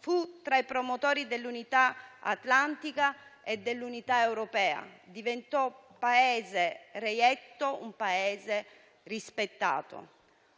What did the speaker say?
fu tra i promotori dell'unità atlantica e dell'unità europea; un Paese reietto divenne un Paese rispettato.